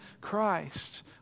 Christ